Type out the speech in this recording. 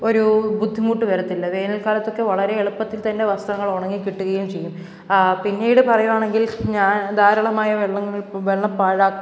ഒരു ബുദ്ധിമുട്ട് വരത്തില്ല വേനൽ കാലത്തൊക്കെ വളരെ എളുപ്പത്തിൽ തന്നെ വസ്ത്രങ്ങൾ ഉണങ്ങി കിട്ടുകയും ചെയ്യും പിന്നീട് പറയുവാണെങ്കിൽ ഞാൻ ധാരാളമായ വെള്ളങ്ങൾ വെള്ളം പാഴാക്കാൻ